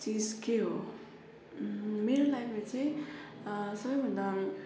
चिज के हो मेरो लाइफमा चाहिँ सबैभन्दा